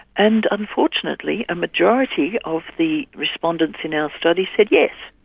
and unfortunately a majority of the respondents in our study said yes.